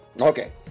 Okay